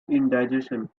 indigestion